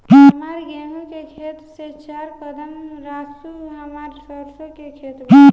हमार गेहू के खेत से चार कदम रासु हमार सरसों के खेत बा